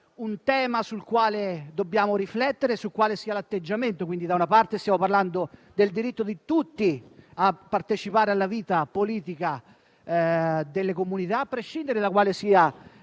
un tema sul quale dobbiamo riflettere per decidere quale sia l'atteggiamento da tenere. Da una parte, stiamo parlando del diritto di tutti a partecipare alla vita politica delle comunità, a prescindere dall'indirizzo